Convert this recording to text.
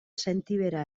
sentibera